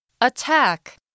Attack